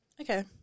Okay